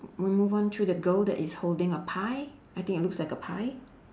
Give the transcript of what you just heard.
we move on to the girl that is holding a pie I think it looks like a pie